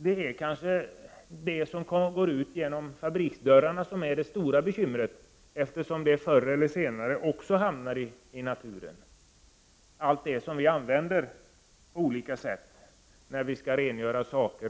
De produkter och ämnen som förs ut genom fabriksdörrarna orsakar kanske de största bekymren, eftersom de förr eller senare hamnar i naturen. Det gäller t.ex. de kemiska produkter som vi använder när vi skall rengöra saker.